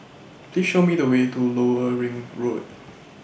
Please Show Me The Way to Lower Ring Road